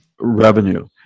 revenue